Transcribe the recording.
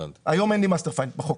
היום אין לי master file בחוק.